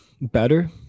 better